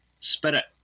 spirit